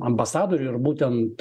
ambasadorių ir būtent